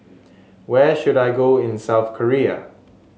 where should I go in South Korea